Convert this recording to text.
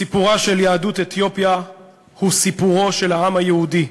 סיפורה של יהדות אתיופיה הוא סיפורו של העם היהודי: